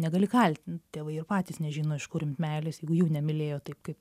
negali kaltint tėvai ir patys nežino iš kur imt meilės jeigu jų nemylėjo taip kaip